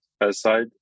aside